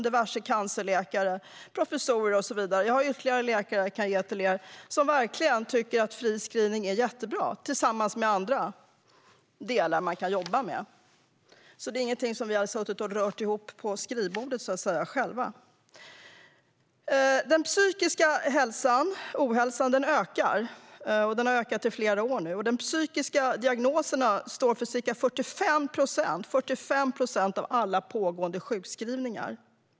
Diverse cancerläkare, professorer och så vidare - jag kan ge er exempel på ytterligare läkare - har tydligt skrivit att de tycker att fri screening är jättebra, tillsammans med andra delar man kan jobba med. Detta är alltså ingenting som vi själva har suttit och rört ihop vid skrivbordet, så att säga. Den psykiska ohälsan ökar. Den har ökat i flera år. De psykiska diagnoserna står för ca 45 procent av alla pågående sjukskrivningar.